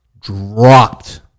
dropped